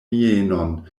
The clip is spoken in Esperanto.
mienon